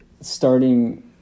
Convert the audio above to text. starting